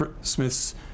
Smith's